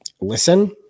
listen